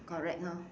correct lor